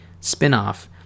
spinoff